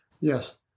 Yes